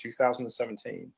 2017